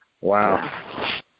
Wow